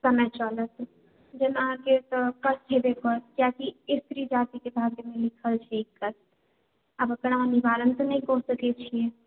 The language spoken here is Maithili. समय चलत जेहिमे अहाँके कष्ट झेलय पड़त क्याकि स्त्री जाति के भाग्यमे लिखल छै ई कष्ट आब एकरा निवारण त नहि कय सकै छिये